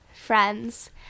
friends